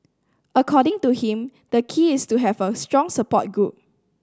according to him the key is to have a strong support group